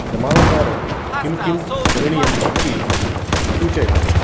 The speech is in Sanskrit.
क्रमानुसारं किं किं करणीयम् इति सूचयामि